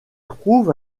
trouve